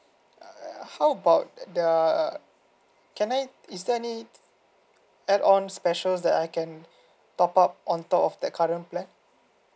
how about the uh can I is there any like add on special that I can top up on top of the current plan